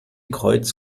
kreuz